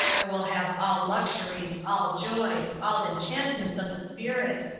i will have all luxuries, all joys, all enchantments of the spirit,